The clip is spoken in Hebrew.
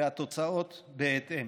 והתוצאות בהתאם.